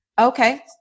Okay